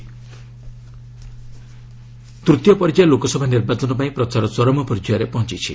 campaigning ତୂତୀୟ ପର୍ଯ୍ୟାୟ ଲୋକସଭା ନିର୍ବାଚନ ପାଇଁ ପ୍ରଚାର ଚରମ ପର୍ଯ୍ୟାୟରେ ପହଞ୍ଚିଛି